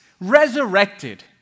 resurrected